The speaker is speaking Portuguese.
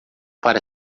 para